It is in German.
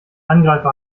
angreifer